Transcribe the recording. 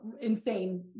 insane